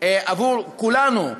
עבור כולנו,